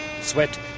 Sweat